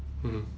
mmhmm